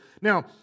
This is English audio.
now